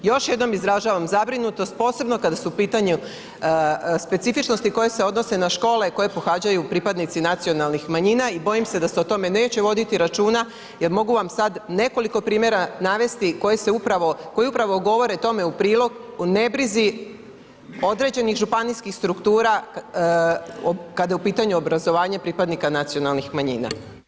Još jednom izražavam zabrinutost posebno kada su u pitanju specifičnosti koje se odnose na škole koje pohađaju pripadnici nacionalnih manjina i bojim se da se o tome neće voditi računa jer mogu vam sad nekoliko primjera navesti koje se upravo, koje upravo govore tome u prilog o nebrizi određenih županijskih struktura kada je u pitanju obrazovanje pripadnika nacionalnih manjina.